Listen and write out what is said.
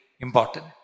important